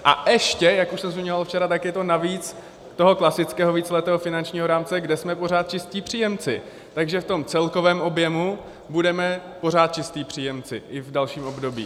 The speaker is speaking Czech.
A ještě, jak už jsem zmiňoval včera, tak je to navíc u toho klasického víceletého finančního rámce, kde jsme pořád čistí příjemci, takže v tom celkovém objemu budeme pořád čistí příjemci i v dalším období.